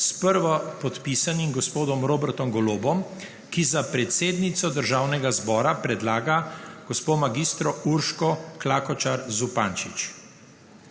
s prvopodpisanim gospodom Robertom Golobom, ki za predsednico Državnega zbora predlaga mag. Urško Klakočar Zupančič.